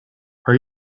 are